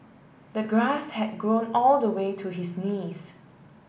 the grass had grown all the way to his knees